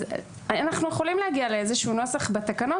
אנחנו יכולים להגיע לאיזשהו נוסח בתקנות